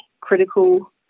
critical